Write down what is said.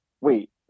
wait